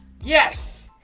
Yes